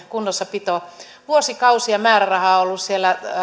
kunnossapito vuosikausia määräraha on ollut siellä